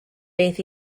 beth